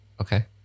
Okay